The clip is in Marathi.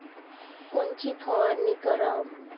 कोनची फवारणी कराव?